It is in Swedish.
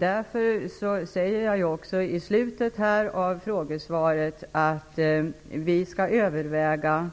Därför säger jag också i slutet av frågesvaret att vi inte